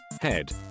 head